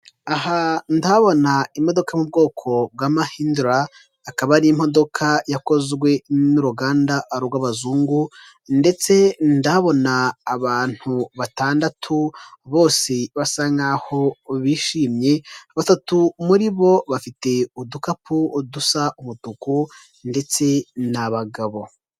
Aha ndahabona imodoka yo mu bwoko bwa mahindura, akaba ari imodoka yakozwe n'uruganda rw'abazungu, ndetse ndahabona abantu batandatu, bose basa nkaho bishimye, batatu muri bo bafite udukapu dusa umutuku, ndetse ni abagabo.